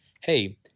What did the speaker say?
hey